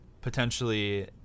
potentially